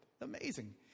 Amazing